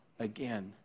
Again